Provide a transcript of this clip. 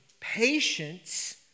Patience